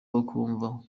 bakumva